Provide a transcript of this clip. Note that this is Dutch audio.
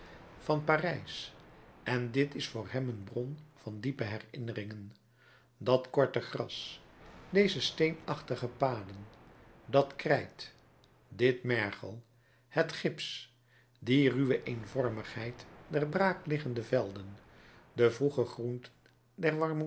van parijs en dit is voor hem een bron van diepe herinneringen dat korte gras deze steenachtige paden dat krijt dit mergel het gips die ruwe eenvormigheid der braakliggende velden de vroege groenten